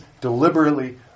deliberately